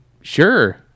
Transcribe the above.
sure